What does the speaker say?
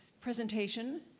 presentation